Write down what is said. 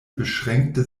beschränkte